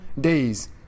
days